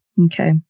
Okay